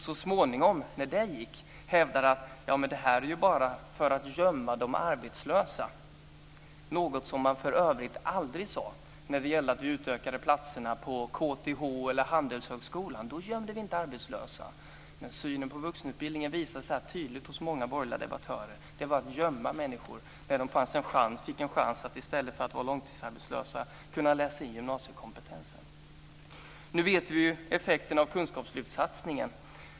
Så småningom när det gick hävdade man: Det här är ju bara för att gömma de arbetslösa. Det var för övrigt något man aldrig sade när det gällde att utöka platserna på KTH eller Handelshögskolan. Då gömde vi inte arbetslösa. Synen på vuxenutbildningen visas här tydligt hos många borgerliga debattörer. Det var att gömma människor när de fick en chans att i stället för att vara långtidsarbetslösa kunna läsa in gymnasiekompetensen. Nu vet vi ju effekten av kunskapslyftssatsningen.